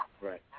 Right